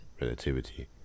Relativity